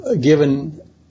given